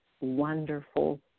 wonderful